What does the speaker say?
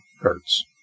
Hertz